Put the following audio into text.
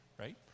right